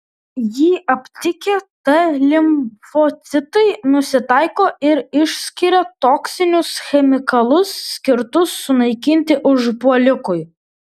jį aptikę t limfocitai nusitaiko ir išskiria toksinius chemikalus skirtus sunaikinti užpuolikui